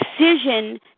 decision